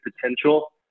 potential